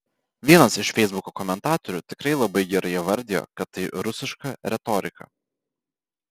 vienas iš feisbuko komentatorių tikrai labai gerai įvardijo kad tai rusiška retorika